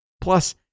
plus